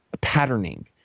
patterning